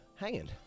Hanging